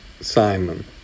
Simon